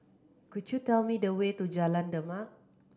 could you tell me the way to Jalan Demak